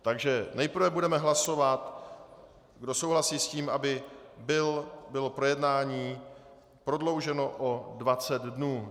Takže nejprve budeme hlasovat, kdo souhlasí s tím, aby bylo projednání prodlouženo o 20 dnů.